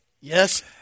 Yes